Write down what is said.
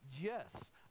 Yes